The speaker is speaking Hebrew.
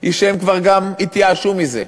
היא שגם הם כבר התייאשו מזה.